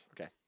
Okay